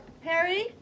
Harry